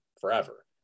forever